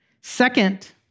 Second